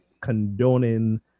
condoning